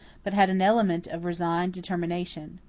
but had an element of resigned determination.